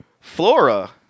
Flora